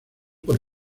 por